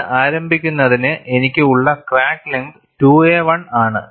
ഇത് ആരംഭിക്കുന്നതിന് എനിക്ക് ഉള്ള ക്രാക്ക് ലെങ്ത് 2a1 ആണ്